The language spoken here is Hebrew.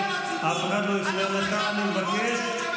אמרת להם "חינוך חינם" ומכרת להם אגדות.